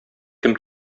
кем